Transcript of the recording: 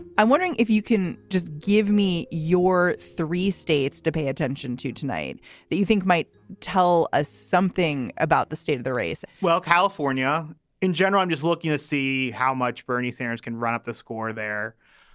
i'm wondering if you can just give me your three states to pay attention to tonight that you think might tell us ah something about the state of the race? well, california in general, i'm just looking to see how much bernie sanders can run up the score there.